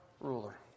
ruler